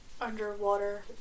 underwater